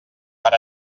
per